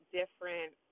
different